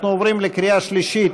אנחנו עוברים לקריאה שלישית.